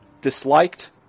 disliked